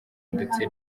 ndetse